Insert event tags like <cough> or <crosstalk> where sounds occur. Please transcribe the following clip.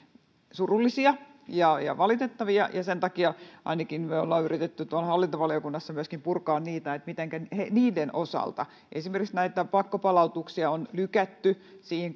surullisia ja ja valitettavia ja sen takia ainakin me olemme myöskin yrittäneet hallintovaliokunnassa purkaa niitä niiden osalta esimerkiksi näitä pakkopalautuksia on lykätty siihen <unintelligible>